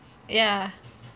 ya